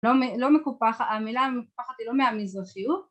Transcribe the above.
המילה מקופחת היא לא מהמזרחיות